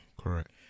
Correct